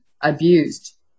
abused